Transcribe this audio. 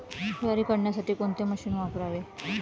ज्वारी काढण्यासाठी कोणते मशीन वापरावे?